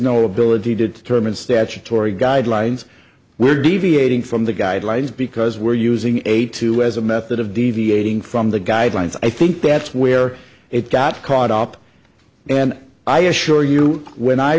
no ability to determine statutory guidelines we're deviating from the guidelines because we're using a tool as a method of deviating from the guidelines i think that's where it got caught up and i assure you when i